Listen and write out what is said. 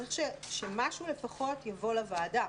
צריך שמשהו לפחות יבוא לוועדה.